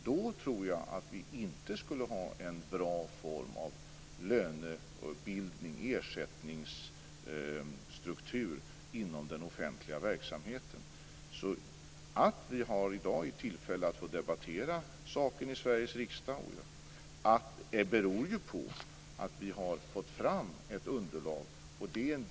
Då tror jag inte att vi skulle ha en bra form av lönebildning och ersättningsstruktur inom den offentliga verksamheten. Att vi i dag har tillfälle att debattera saken i Sveriges riksdag beror ju på att vi har fått fram ett underlag.